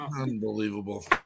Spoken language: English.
Unbelievable